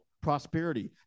prosperity